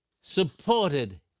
supported